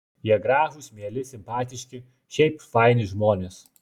jie gražūs mieli simpatiški šiaip faini žmonės